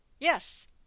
Yes